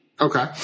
Okay